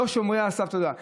תודה.